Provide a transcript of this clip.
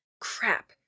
Crap